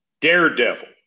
Daredevil